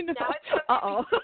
uh-oh